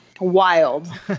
wild